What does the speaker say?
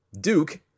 Duke